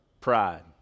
pride